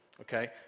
okay